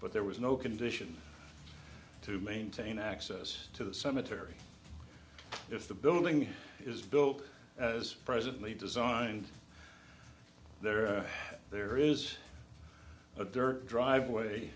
but there was no condition to maintain access to the cemetery if the building is built as presently designed there are there is a dirt driveway